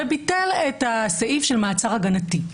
וביטל את הסעיף של מעצר הגנתי.